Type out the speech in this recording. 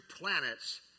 planets